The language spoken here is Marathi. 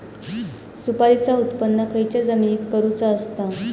सुपारीचा उत्त्पन खयच्या जमिनीत करूचा असता?